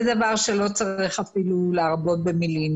זה דבר שלא צריך אפילו להרבות במילים,